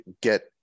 get